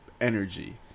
energy